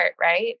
Right